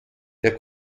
der